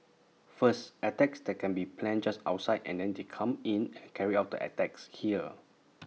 first attacks that can be planned just outside and then they come in and carry out the attacks here